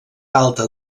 alta